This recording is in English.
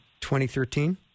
2013